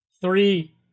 Three